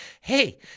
hey